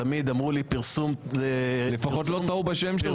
תמיד אמרו לי שפרסום --- לפחות לא טעו בשם שלך.